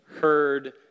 heard